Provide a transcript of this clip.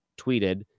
tweeted